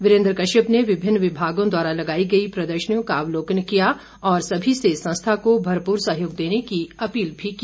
वीरेन्द्र कश्यप ने विभिन्न विभागों द्वारा लगाई गई प्रदर्शनियों का अवलोकन किया और सभी से संस्था को भरपूर सहयोग देने की अपील भी की